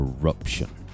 corruption